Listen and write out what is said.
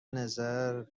نظر